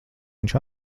viņš